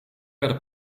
werden